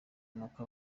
nuko